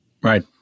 Right